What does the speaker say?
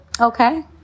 Okay